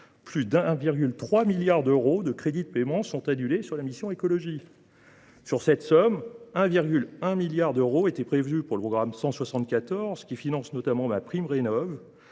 plus de 1,3 milliard d’euros de crédits de paiement sont annulés sur la mission « Écologie ». Sur cette somme, 1,1 milliard d’euros étaient prévus pour le programme 174, qui finance notamment MaPrimeRénov’,